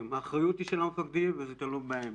והאחריות היא של המפקדים וזה תלוי בהם.